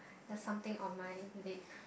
there's something on my leg